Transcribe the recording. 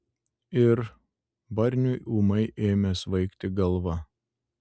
ir barniui ūmai ėmė svaigti galva